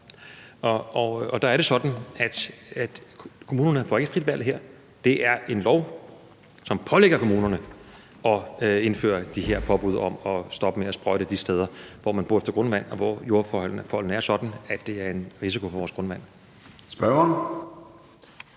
Og der er det sådan, at kommunerne her ikke får et frit valg, men at det er en lov, som pålægger kommunerne at indføre de her påbud om at stoppe med at sprøjte de steder, hvor man borer efter grundvand, og hvor jordforholdene er sådan, at der er en risiko for vores grundvand. Kl.